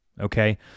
okay